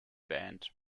band